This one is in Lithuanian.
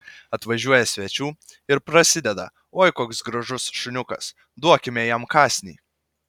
atvažiuoja svečių ir prasideda oi koks gražus šuniukas duokime jam kąsnį